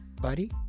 Buddy